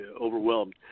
overwhelmed